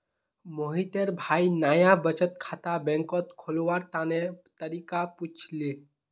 मोहितेर भाई नाया बचत खाता बैंकत खोलवार तने तरीका पुछले